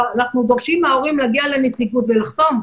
אנחנו מבקשים מההורים להגיע לנציגות ולחתום,